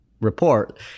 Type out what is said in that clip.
Report